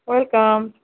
welcome